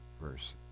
verse